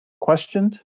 questioned